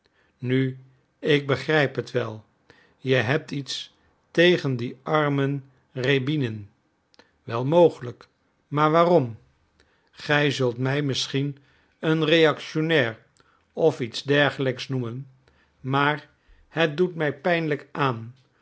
nu ik begrijp het wel je hebt iets tegen dien armen rjäbinin wel mogelijk maar waarom gij zult mij misschien een reactionnair of iets dergelijks noemen maar het doet mij pijnlijk aan